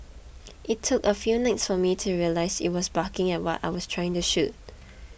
it took a few nights for me to realise it was barking at what I was trying to shoot